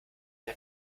der